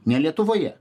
ne lietuvoje